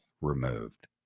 removed